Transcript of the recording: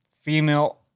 female